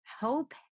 hope